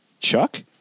Chuck